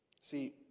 See